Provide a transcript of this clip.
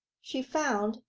she found,